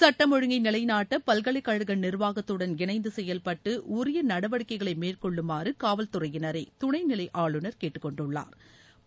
சுட்டம் ஒழுங்கை நிலைநாட்ட பல்கலைக்கழக நிர்வாகத்துடன் இணைந்து செயல்டட்டு உரிய நடவடிக்கைகளை மேற்கொள்ளுமாறு காவல்துறையினரை துணை நிலை ஆளுநர் கேட்டுக்கொண்டுள்ளாா்